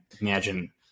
imagine